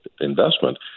investment